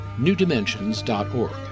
newdimensions.org